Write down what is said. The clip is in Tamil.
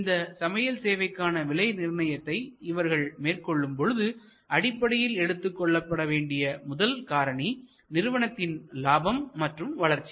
இந்த சமையல் சேவைக்கான விலை நிர்ணயத்தை இவர்கள் மேற்கொள்ளும் பொழுது அடிப்படையில் எடுத்துக்கொள்ளப்பட வேண்டிய முதல் காரணி நிறுவனத்தின் லாபம் மற்றும் வளர்ச்சி